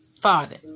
father